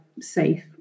safe